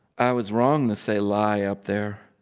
i was wrong to say lie up there,